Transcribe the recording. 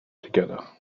together